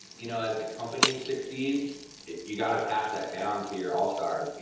you know as the company succeeds you gotta pass that down to your all-stars.